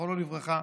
זיכרונו לברכה.